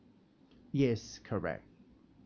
yes correct